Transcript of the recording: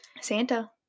Santa